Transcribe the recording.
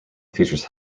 features